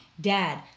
Dad